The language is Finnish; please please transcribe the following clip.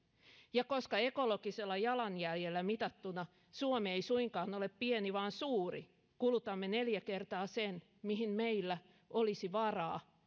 ja koska ekologisella jalanjäljellä mitattuna suomi ei suinkaan ole pieni vaan suuri kulutamme neljä kertaa sen mihin meillä olisi varaa